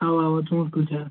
اَوہ اَوہ ژوٗنٛٹھۍ کُلۍ چھِ حظ